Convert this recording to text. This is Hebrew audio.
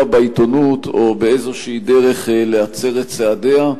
בעיתונות או באיזושהי דרך להצר את צעדיה.